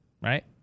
right